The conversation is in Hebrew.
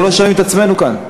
אנחנו לא שומעים את עצמנו כאן.